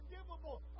unforgivable